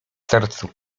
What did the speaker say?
sercu